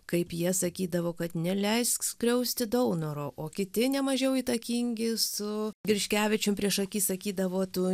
kaip jie sakydavo kad neleisk skriausti daunoro o kiti nemažiau įtakingi su griškevičium priešaky sakydavo tu